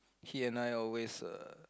he and I always uh